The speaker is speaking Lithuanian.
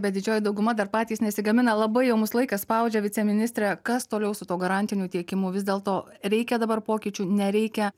bet didžioji dauguma dar patys nesigamina labai jau mus laikas spaudžia viceministre kas toliau su tuo garantiniu tiekimu vis dėlto reikia dabar pokyčių nereikia